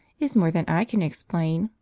is more than i can explain.